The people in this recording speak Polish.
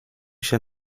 się